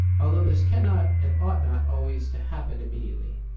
although this cannot and ought not always to happen immediately